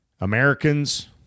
Americans